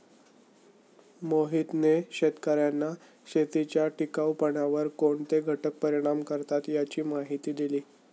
मोहितने शेतकर्यांना शेतीच्या टिकाऊपणावर कोणते घटक परिणाम करतात याची माहिती दिली